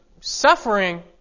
suffering